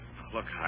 Look